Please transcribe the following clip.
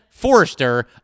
Forrester